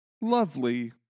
lovely